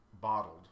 bottled